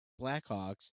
Blackhawks